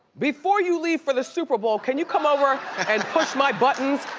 before you leave for the super bowl can you come over and push my buttons?